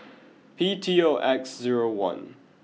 P T O X zero one